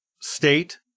state